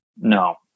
No